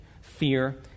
fear